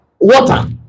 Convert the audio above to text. Water